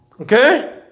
Okay